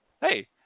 hey